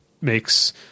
makes